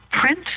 print